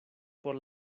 por